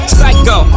Psycho